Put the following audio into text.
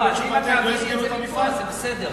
אם את תעבירי את זה מפה זה בסדר.